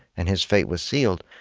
and his fate was sealed.